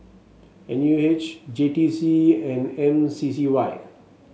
N U H J T C and M C C Y